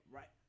Right